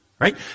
Right